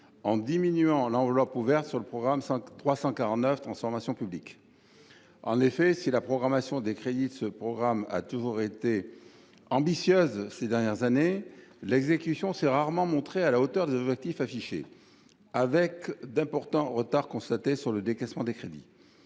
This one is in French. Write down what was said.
en diminuant l’enveloppe ouverte sur le programme 349 « Transformation publique ». En effet, si la programmation des crédits de ce programme a toujours été ambitieuse au cours des dernières années, l’exécution s’est rarement montrée à la hauteur des objectifs affichés, avec d’importants retards constatés sur le décaissement des crédits.